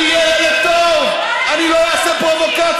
אני אהיה ילד טוב, אני לא אעשה פרובוקציות.